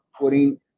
putting